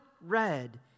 red